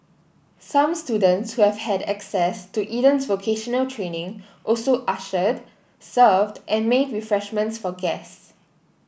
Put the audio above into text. some students who have had access to Eden's vocational training also ushered served and made refreshments for guests